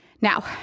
Now